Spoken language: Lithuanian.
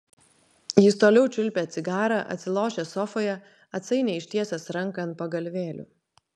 jis toliau čiulpė cigarą atsilošęs sofoje atsainiai ištiesęs ranką ant pagalvėlių